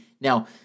Now